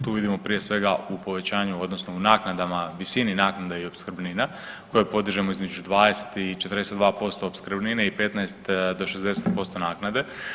Tu vidimo prije svega u povećanju, odnosno naknadama, visini naknada i opskrbnina koje podižemo između 20 i 42% opskrbnine i 15 do 60% naknade.